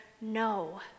no